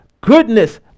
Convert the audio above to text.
goodness